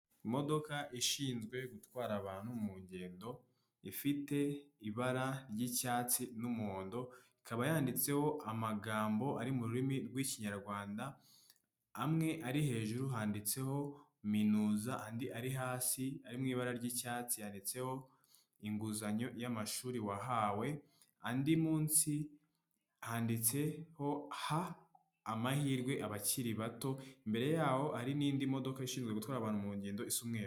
Imodoka ishinzwe gutwara abantu mu ngendo, ifite ibara ry'icyatsi n'umuhondo, ikaba yanditseho amagambo ari mu rurimi rw'ikinyarwanda, amwe ari hejuru handitseho minuza, andi ari hasi ari mu ibara ry'icyatsi yanditseho inguzanyo y'amashuri wahawe, andi munsi handitseho ha amahirwe abakiri bato, imbere yaho hari n'indi modoka ishinzwe gutwara abantu mu ngendo isa umweru.